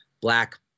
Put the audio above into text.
black